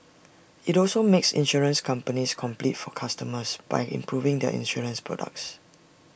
IT also makes insurance companies compete for customers by improving their insurance products